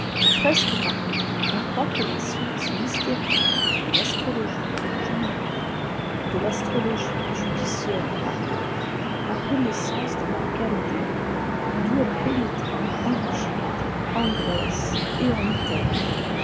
presque partout on croit que la science mystérieuse de l'astrologie en générçd et de l'astrdogie judiciaire en particulier a pris naissance dans la ghaldée d'où elle pénétra eu egypte en grèce et en italie